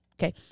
Okay